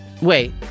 Wait